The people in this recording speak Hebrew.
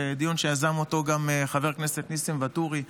דיון שיזם אותו גם חבר הכנסת ניסים ואטורי,